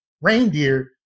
reindeer